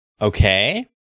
Okay